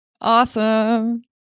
Awesome